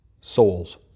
souls